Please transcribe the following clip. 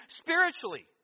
spiritually